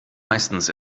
meistens